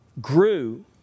grew